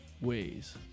ways